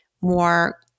more